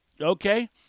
Okay